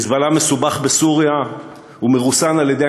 ו"חיזבאללה" מסובך בסוריה ומרוסן על-ידי